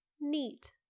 Neat